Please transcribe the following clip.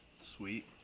sweet